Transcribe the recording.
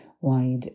wide